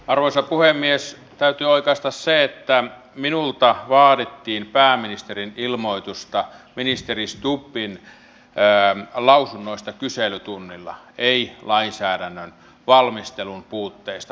arvoisa puhemies täytyy oikaista se että mutta esimerkiksi vanhustenhuollossa läheisiäni on muistihoitokodissa ja siellä kymmenestä hoitajasta kahdeksan on maahanmuuttajia